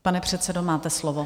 Pane předsedo, máte slovo.